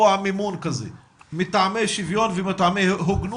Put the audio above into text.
מימון כזה מטעמי שוויון ומטעמי הוגנות,